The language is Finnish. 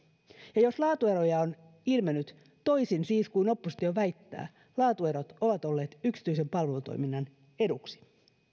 ja jos laatueroja on ilmennyt siis toisin kuin oppositio väittää laatuerot ovat olleet yksityisen palvelutoiminnan eduksi